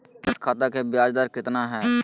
बचत खाता के बियाज दर कितना है?